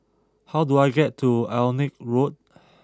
how do I get to Alnwick Road